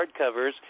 hardcovers